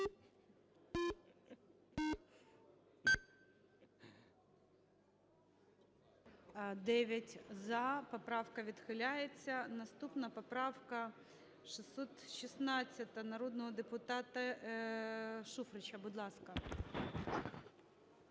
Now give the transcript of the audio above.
16:27:46 За-9 Поправка відхиляється. Наступна поправка 616 народного депутата Шуфрича. Будь ласка.